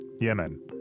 Yemen